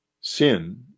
Sin